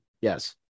yes